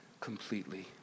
completely